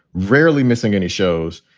rarely missing any shows.